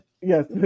Yes